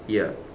ya